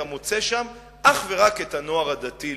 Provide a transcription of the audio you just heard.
אתה מוצא שם אך ורק את הנוער הדתי-לאומי.